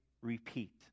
repeat